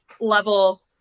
level